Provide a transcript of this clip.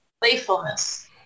Playfulness